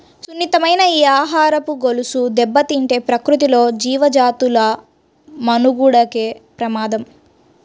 సున్నితమైన ఈ ఆహారపు గొలుసు దెబ్బతింటే ప్రకృతిలో జీవజాతుల మనుగడకే ప్రమాదం